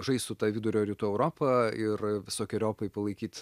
žaist su ta vidurio rytų europa ir visokeriopai palaikyt